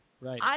Right